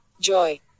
Joy